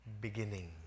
beginning